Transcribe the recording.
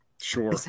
Sure